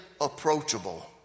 approachable